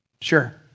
Sure